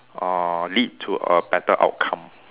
uh lead to a better outcome